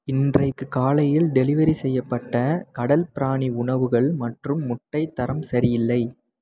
இன்றைக்கு காலையில் டெலிவரி செய்யப்பட்ட கடல் பிராணி உணவுகள் மற்றும் முட்டை தரம் சரியில்லை